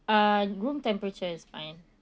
uh room temperatures is fine